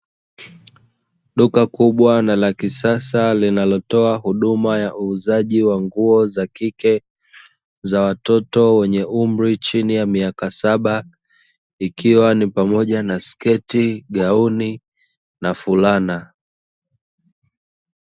Duka kubwa na la kisasa linalotoa huduma ya uuzaji wa nguo za kike, za watoto wenye umri chini ya miaka saba, ikiwa ni pamoja na sketi, gauni na fulana.